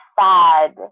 sad